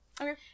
Okay